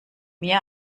mir